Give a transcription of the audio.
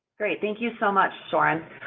great, thank you so much, soren.